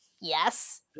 Yes